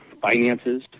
finances